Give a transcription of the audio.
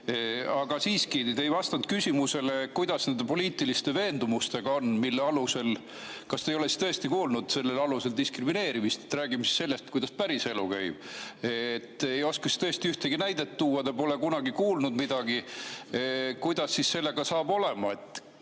Aga siiski te ei vastanud küsimusele, kuidas nende poliitiliste veendumustega on. Kas te ei ole tõesti kuulnud sellel alusel diskrimineerimisest? Räägime siis sellest, kuidas päriselu käib. Kas te ei oska tõesti siis ühtegi näidet tuua, te pole kunagi midagi kuulnud? Kuidas siis sellega saab olema,